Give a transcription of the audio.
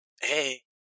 hey